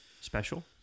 Special